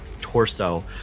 torso